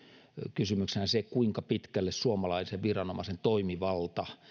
kysymyksenä se kuinka pitkälle suomalaisen viranomaisen toimivalta